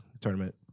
tournament